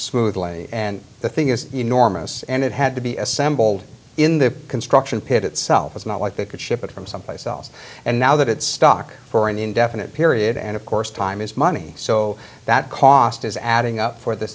smoothly and the thing is enormous and it had to be assembled in the construction pit itself it's not like they could ship it from someplace else and now that it's stuck for an indefinite period and of course time is money so that cost is adding up for the